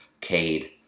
Cade